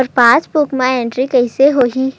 मोर passbook मा entry कइसे होही?